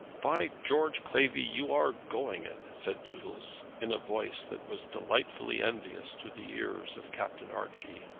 by george, clavvy, you are going it! said doodles, in a voice that was delightfully envious to the ears of captain archie.